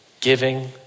giving